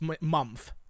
month